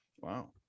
Wow